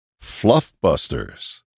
Fluffbusters